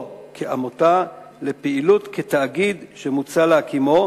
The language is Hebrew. כעמותה לפעילות כתאגיד שמוצע להקימו,